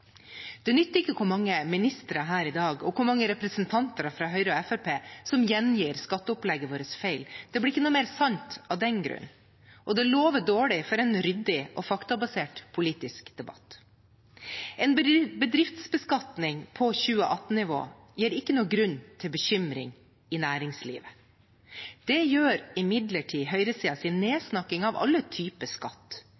Det nytter ikke hvor mange ministre her i dag og hvor mange representanter fra Høyre og Fremskrittspartiet som gjengir skatteopplegget vårt feil. Det blir ikke noe mer sant av den grunn. Det lover dårlig for en ryddig og faktabasert politisk debatt. En bedriftsbeskatning på 2018-nivå gir ikke noen grunn til bekymring i næringslivet. Det gjør imidlertid